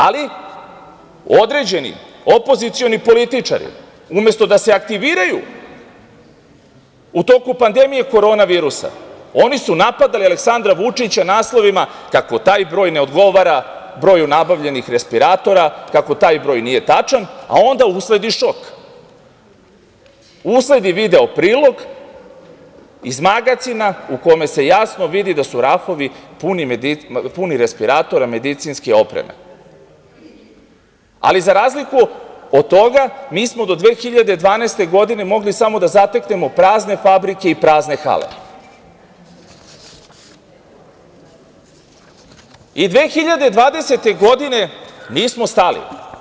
Ali, određeni opozicioni političari, umesto da se aktiviraju u toku pandemije korona virusa, oni su napadali Aleksandra Vučića naslovima kako taj broj ne odgovara broju nabavljenih respiratora, kako taj broj nije tačan, a onda usledi šok, usledi video prilog iz magacina u kome se jasno vidi da su rafovi puni respiratora, medicinske opreme, ali, za razliku od toga, mi smo do 2012. godine mogli samo da zateknemo prazne fabrike i prazne hale i 2020. godine nismo stali.